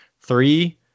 three